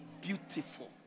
beautiful